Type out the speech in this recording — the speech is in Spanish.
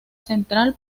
central